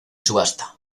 subasta